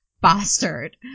bastard